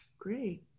Great